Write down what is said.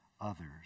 others